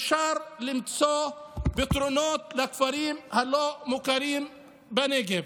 יהיה אפשר למצוא פתרונות לכפרים הלא-מוכרים בנגב.